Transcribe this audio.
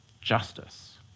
justice